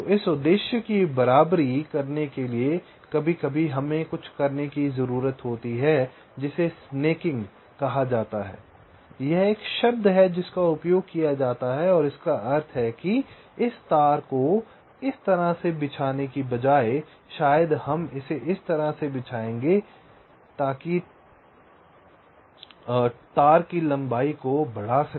तो इस उद्देश्य की बराबरी करने के लिए कभी कभी हमें कुछ करने की ज़रूरत होती है जिसे स्नैकिंग कहा जाता है यह एक शब्द है जिसका उपयोग किया जाता है जिसका अर्थ है कि इस तार को इस तरह से बिछाने के बजाय शायद हम इसे इस तरह से बिछाएंगे टंकी तार की लम्बाई को बढ़ा सके